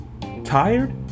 tired